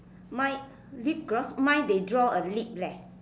my lip gloss mine they draw a lip leh